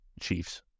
Chiefs